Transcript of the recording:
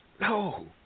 no